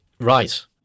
Right